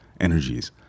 energies